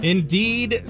Indeed